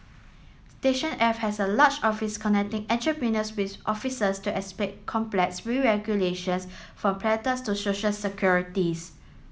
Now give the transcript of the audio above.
station F has a large office connecting entrepreneurs with officers to explain complex from patents to social securities